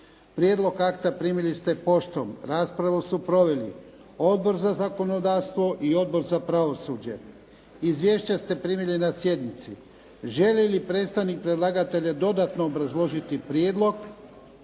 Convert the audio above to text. Prijedlog akta primili ste poštom. Raspravu su proveli: Odbor za zakonodavstvo i Odbor za pravosuđe. Izvješća ste primili na sjednici. Želi li predstavnik predlagatelja dodatno obrazložiti prijedlog?